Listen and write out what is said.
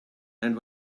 and